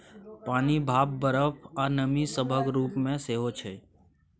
पानि, भाप, बरफ, आ नमी सभक रूप मे सेहो छै